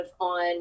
on